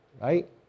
right